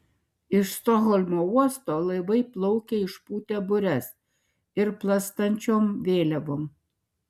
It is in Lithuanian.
iš stokholmo uosto laivai plaukia išpūtę bures ir plastančiom vėliavom